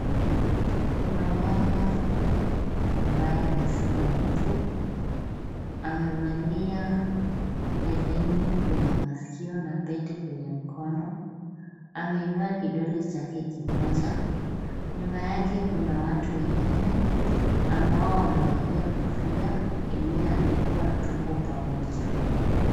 Kuna mama ambaye amesuka nywele. Amevalia herini kwenye masikio na pete kwenye mkono. Ameinua kidole chake kimoja. Nyuma yake kuna watu wengine ambao wamevalia kofia iliyoandikwa Tuko pamoja.